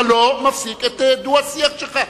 אתה לא מפסיק את הדו-שיח שלך.